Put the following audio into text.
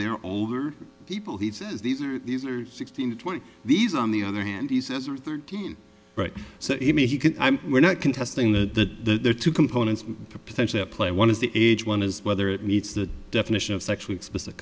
they're older people he says these are these are sixteen to twenty these on the other hand he says are thirteen so he may he can i'm we're not contesting the there are two components potentially at play one is the age one is whether it meets the definition of sexual explicit